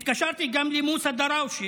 התקשרתי גם למוסא דראושה,